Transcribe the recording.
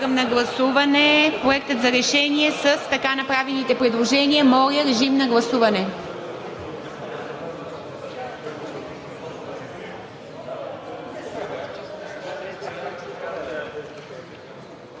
Подлагам на гласуване Проекта на решение заедно с така направените предложения. Моля, режим на гласуване.